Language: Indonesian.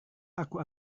aku